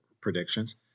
predictions